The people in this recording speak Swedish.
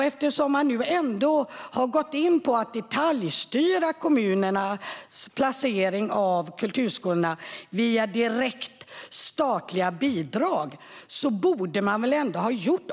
Eftersom man nu ändå har gått in på att detaljstyra kommunernas placering av kulturskolorna via direkta statliga bidrag borde man väl ha gjort det.